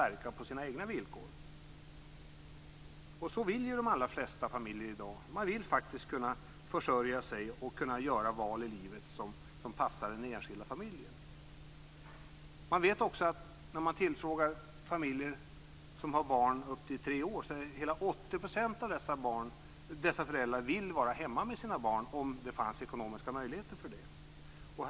Man vill kunna försörja sig och göra val i livet som passar den enskilda familjen. När man tillfrågar familjer som har barn upp till tre år säger hela 80 % av dessa att de vill vara hemma med sina barn, om det finns ekonomiska möjligheter för det.